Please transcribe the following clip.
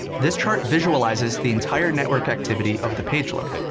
this chart visualizes the entire network activity of the page load.